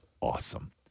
awesome